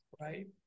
right